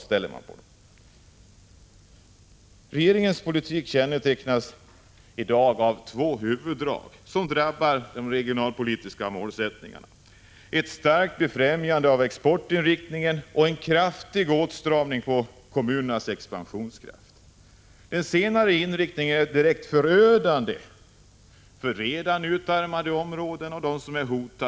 19 Regeringens politik kännetecknas i dag av två huvuddrag, som drabbar de regionalpolitiska målsättningarna: ett starkt befrämjande av exportinriktningen och en kraftig åtstramning av kommunernas expansionskraft. Den senare inriktningen är direkt förödande för redan utarmade resp. för hotade områden.